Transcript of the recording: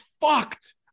fucked